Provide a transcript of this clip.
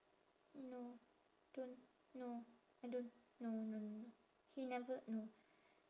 no don't no I don't no no no no he never no